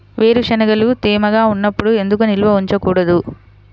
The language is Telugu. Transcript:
వేరుశనగలు తేమగా ఉన్నప్పుడు ఎందుకు నిల్వ ఉంచకూడదు?